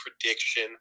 prediction